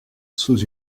sous